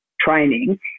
training